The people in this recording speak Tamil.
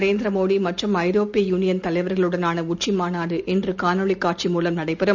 நரேந்திரமோடிமற்றும் ஐரோப்பிய யூனியன் தலைவர்களுடனானஉச்சிமாநாடு இன்றுகாணொளிகாட்சி மூலம் நடைபெறும்